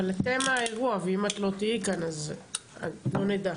אבל אתם האירוע ואם את לא תהיי כאן, אז לא נדע.